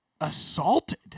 assaulted